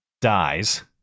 dies